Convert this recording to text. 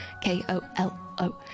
k-o-l-o